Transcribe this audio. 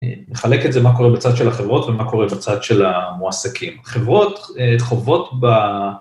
נחלק את זה מה קורה בצד של החברות ומה קורה בצד של המועסקים. חברות חוות ב...